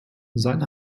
sein